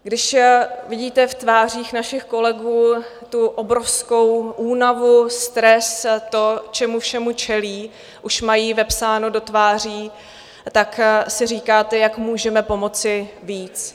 Když vidíte v tvářích našich kolegů tu obrovskou únavu, stres, to, že čemu všemu čelí, už mají vepsáno do tváří, tak si říkáte, jak můžeme pomoci víc?